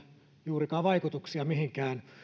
juurikaan vaikutuksia mihinkään